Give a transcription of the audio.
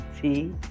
see